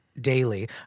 daily